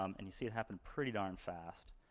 um and you see it happened pretty darn fast.